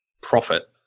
profit